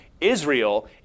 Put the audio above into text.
Israel